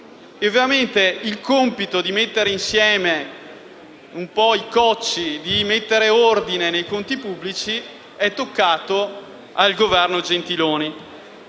Ovviamente, il compito di mettere insieme i cocci e di mettere ordine nei conti pubblici è toccato al Governo Gentiloni